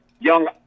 young